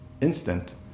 instant